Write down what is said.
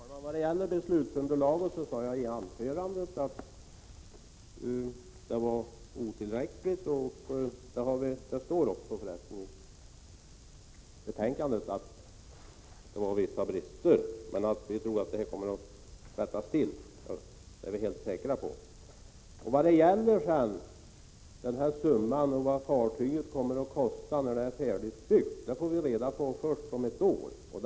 Herr talman! Vad gäller beslutsunderlaget sade jag i mitt anförande att det var otillräckligt. Det står också i betänkandet att det fanns vissa brister. Men vi är helt säkra på att det kommer att rättas till. Den summa som fartyget kommer att kosta när det är färdigbyggt får vi reda på först om ett år.